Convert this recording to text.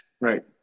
Right